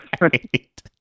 Right